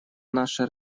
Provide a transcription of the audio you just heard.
наше